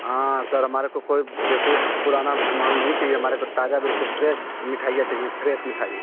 हाँ सर हमारे को कोई देखिए पुराना माल नहीं चाहिए हमारे को ताजा बिल्कुल फ्रेस मिठाइयाँ चाहिए फ्रेस मिठाई